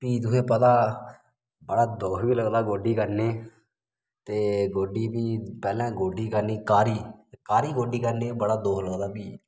फ्ही तोहें गी पता बड़ा दुख बी लगदा गोड्डी करने ते गोड्डी बी पैह्लें गोड्डी करनी काह्री काह्री गोड्डी करनी बड़ा दुक्ख लगदा फ्ही